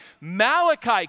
Malachi